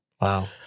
Wow